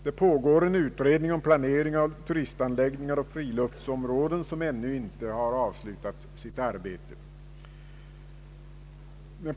En utredning om planering av turistanläggningar och friluftsområden pågår men har ännu inte avslutat sitt arbete.